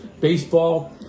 Baseball